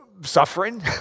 suffering